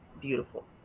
beautiful